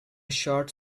short